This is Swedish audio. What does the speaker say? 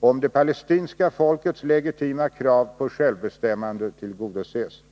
om det palestinska folkets legitima krav på självbestämmande tillgodoses.